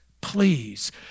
please